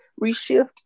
reshift